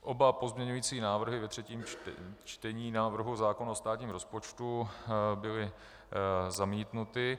Oba pozměňující návrhy ve třetím čtení návrhu zákona o státním rozpočtu byly zamítnuty.